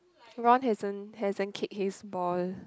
Ron hasn't hasn't kicked his ball